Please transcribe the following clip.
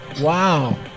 Wow